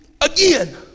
again